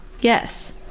Yes